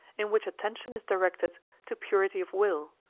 in which attention is directed to purity of will,